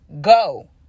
go